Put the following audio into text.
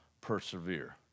persevere